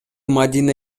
мадина